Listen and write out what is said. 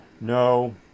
no